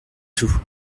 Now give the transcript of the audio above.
tout